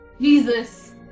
Jesus